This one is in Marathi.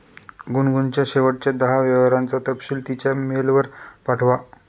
गुनगुनच्या शेवटच्या दहा व्यवहारांचा तपशील तिच्या मेलवर पाठवा